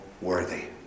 worthy